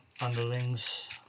underlings